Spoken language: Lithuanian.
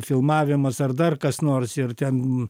filmavimas ar dar kas nors ir ten